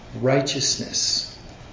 righteousness